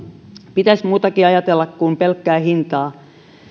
pitäisi muutakin ajatella kuin pelkkää hintaa